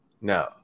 No